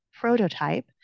prototype